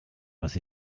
was